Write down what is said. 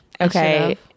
Okay